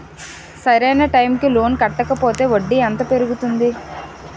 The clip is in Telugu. సరి అయినా టైం కి లోన్ కట్టకపోతే వడ్డీ ఎంత పెరుగుతుంది?